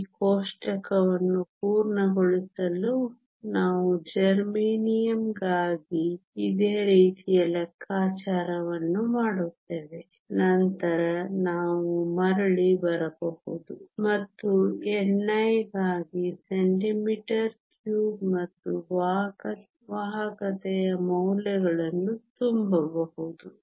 ಈ ಕೋಷ್ಟಕವನ್ನು ಪೂರ್ಣಗೊಳಿಸಲು ನಾವು ಜರ್ಮೇನಿಯಮ್ಗಾಗಿ ಇದೇ ರೀತಿಯ ಲೆಕ್ಕಾಚಾರವನ್ನು ಮಾಡುತ್ತೇವೆ ನಂತರ ನಾವು ಮರಳಿ ಬರಬಹುದು ಮತ್ತು ni ಗಾಗಿ cm3 ಮತ್ತು ವಾಹಕತೆಯ ಮೌಲ್ಯಗಳನ್ನು ತುಂಬಬಹುದು